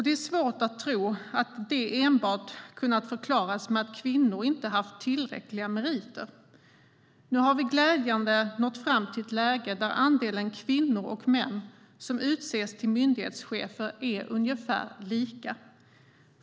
Det är svårt att tro att det kunnat förklaras enbart med att kvinnor inte haft tillräckliga meriter. Nu har vi glädjande nog nått fram till ett läge där andelen kvinnor och andelen män som utses till myndighetschefer är ungefär lika.